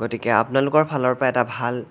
গতিকে আপোনালোকৰ ফালৰ পৰা এটা ভাল